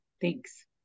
Thanks